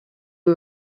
who